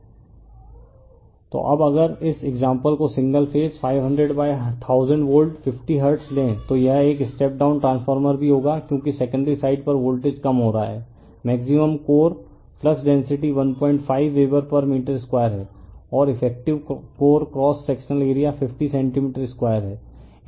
refer slide time 3016 तो अब अगर इस एक्साम्पल को सिंगल फेज 5001000 वोल्ट 50 हर्ट्ज़ लें तो यह एक स्टेप डाउन ट्रांसफॉर्मर भी होगा क्योंकि सेकेंडरी साइड पर वोल्टेज कम हो रहा है maximum core flux density 15 weber per metre 2 है और effective core cross sectional area 50 centimetre हैं